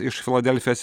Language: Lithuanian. iš filadelfijos